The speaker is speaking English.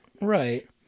Right